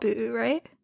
right